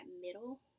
middle